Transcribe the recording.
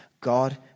God